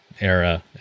era